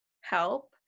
help